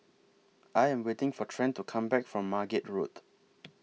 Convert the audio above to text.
I Am waiting For Trent to Come Back from Margate Road